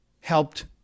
helped